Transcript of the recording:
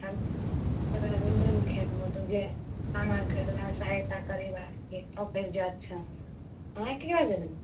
हम तऽ रविंद्र मुखिआके भोट जे काम आर करले सहायता करयबाके आ फेर जे अच्छा हो अहाँ केकरा देबै